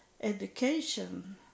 education